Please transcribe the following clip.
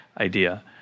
idea